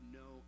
no